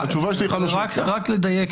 רק לדייק,